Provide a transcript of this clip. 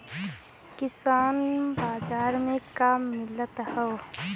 किसान बाजार मे का मिलत हव?